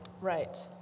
Right